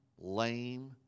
lame